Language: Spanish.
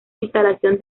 instalación